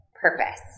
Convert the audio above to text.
purpose